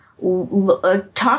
Talk